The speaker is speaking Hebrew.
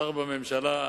שר בממשלה,